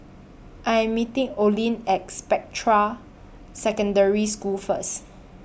I Am meeting Olin At Spectra Secondary School First